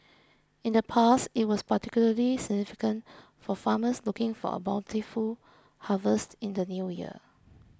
in the past it was particularly significant for farmers looking for a bountiful harvest in the New Year